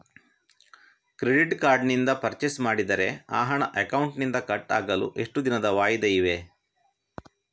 Credit card ನಿಂದ purchase ಮಾಡಿದರೆ ಆ ಹಣ ಅಕೌಂಟಿನಿಂದ ಕಟ್ ಆಗಲು ಎಷ್ಟು ದಿನದ ವಾಯಿದೆ ಇದೆ?